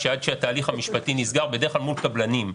עד שהתהליך המשפטי נסגר, בדרך כלל מול קבלנים.